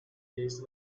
days